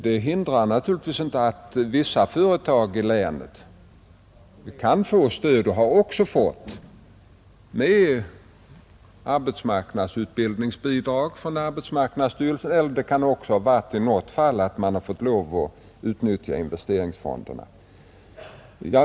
Det hindrar naturligtvis inte att vissa företag i länet kan få stöd och även har fått det med arbetsmarknadsutbildningsbidrag från arbetsmarknadsstyrelsen. Det kan också i något fall ha förekommit att man har fått lov att utnyttja investeringsfonderna.